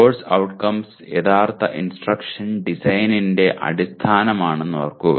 course outcomes യഥാർത്ഥ instruction ഡിസൈനിന്റെ അടിസ്ഥാനമാണെന്ന് ഓർക്കുക